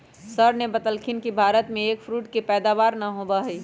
sir ने बतल खिन कि भारत में एग फ्रूट के पैदावार ना होबा हई